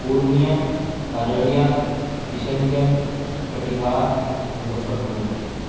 Purnia Araria Kishanganj Katihar Muzaffarpur